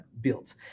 built